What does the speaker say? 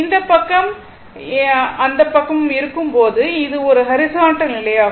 இந்த பக்கமும் இந்த பக்கமும் இருக்கும் போது இது ஒரு ஹரிசான்டல் நிலை ஆகும்